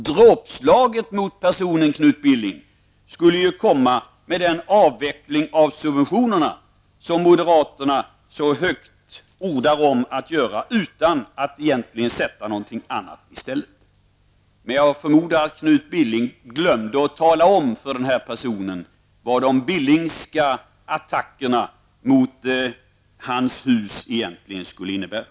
Dråpslaget mot denne person, Knut Billing, skulle komma med den avveckling av subventionerna som moderaterna så högt ordar om att göra, utan att egentligen sätta någonting annat i stället. Men jag förmodar att Knut Billing glömde att tala om för den här personen vad de Billingska attackerna mot hans hus egentligen skulle innebära.